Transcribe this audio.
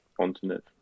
continent